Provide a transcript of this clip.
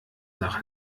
nach